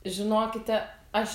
žinokite aš